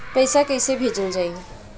पैसा कैसे भेजल जाइ?